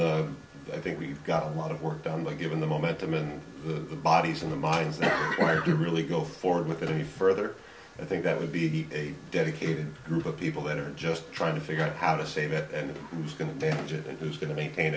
the i think we've got a lot of work done but given the momentum in the bodies in the mines never required to really go forward with it any further i think that would be a dedicated group of people that are just trying to figure out how to save it and if it's going to damage it and who's going to maintain